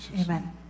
Amen